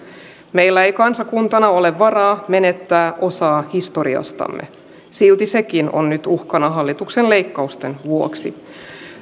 meillä ei kansakuntana ole varaa menettää osaa historiastamme silti sekin on nyt uhkana hallituksen leikkausten vuoksi